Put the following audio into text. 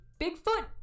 Bigfoot